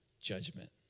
judgment